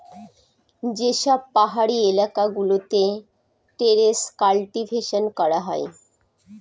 যে সব পাহাড়ি এলাকা গুলোতে টেরেস কাল্টিভেশন করা হয়